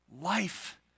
life